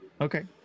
Okay